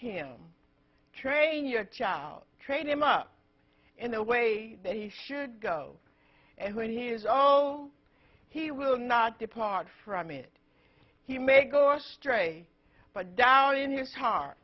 him train your child trade him up in a way that he should go and when he is all he will not depart from it he may go astray but down in his heart